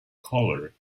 colour